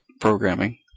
programming